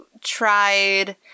tried